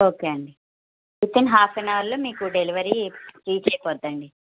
okay అండి within half an అవర్లో మీకు డెలివరీ రీచ్ అయిపోద్దండి